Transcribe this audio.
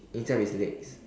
instead of its legs